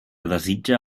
desitja